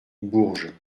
bourges